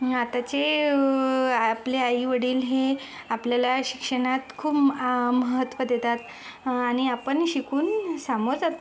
आताची आपले आई वडील हे आपल्याला शिक्षणात खूप महत्त्व देतात आणि आपण शिकून समोर जातो